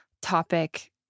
topic